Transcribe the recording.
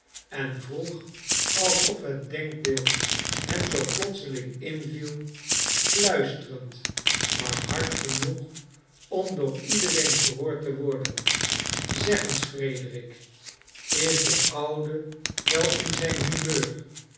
en vroeg alsof het denkbeeld hem zoo plotseling inviel fluisterend maar hard genoeg om door iedereen gehoord te worden zeg eens frederiki is de oude wel in zijn humeur